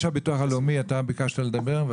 איש הביטוח הלאומי, אתה ביקשת לדבר.